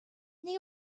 they